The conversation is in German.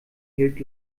hielt